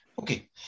Okay